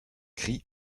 gris